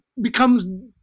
becomes